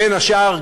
בין השאר,